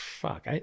Fuck